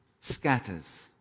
scatters